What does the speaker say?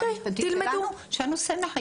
המשפטית שלנו היא שהנושא מחייב למידה.